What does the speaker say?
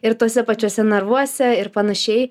ir tuose pačiuose narvuose ir panašiai